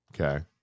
okay